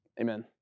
Amen